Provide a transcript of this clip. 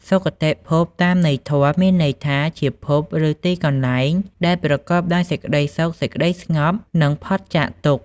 សុគតិភព តាមន័យធម៌ មានន័យថាជាភព ឬទីកន្លែងដែលប្រកបដោយសេចក្តីសុខ សេចក្តីស្ងប់ និងផុតចាកទុក្ខ។